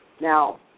Now